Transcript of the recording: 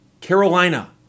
Carolina